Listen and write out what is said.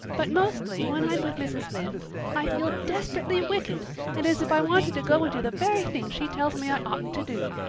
but mostly when i'm with mrs. lynde i feel desperately wicked and as if i wanted to go and do the very thing she tells me i oughtn't to do.